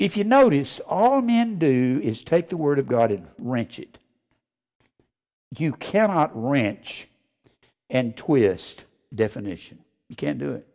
if you notice all men do is take the word of god in ranch it you cannot ranch and twist definition you can do it